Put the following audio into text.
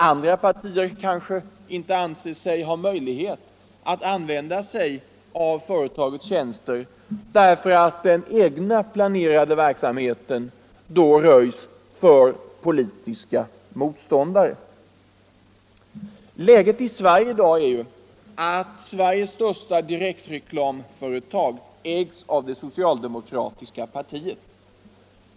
Andra partier anser sig kanske inte ha möjlighet att använda sig av företagets tjänster, därför att den egna planerade verksamheten då röjs för politiska motståndare. Läget i Sverige i dag är att Sveriges största direktreklamföretag ägs av det socialdemokratiska partiet.